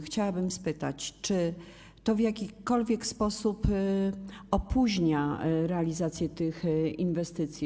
Chciałabym spytać, czy to w jakikolwiek sposób opóźnia realizację tych inwestycji.